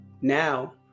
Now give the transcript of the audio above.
now